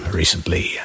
recently